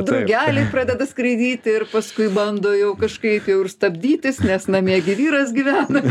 drugeliai pradeda skraidyti ir paskui bando jau kažkaip jau ir stabdytis nes namie gi vyras gyvena